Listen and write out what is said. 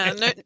No